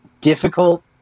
difficult